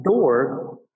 door